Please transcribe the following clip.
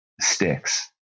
sticks